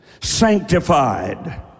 sanctified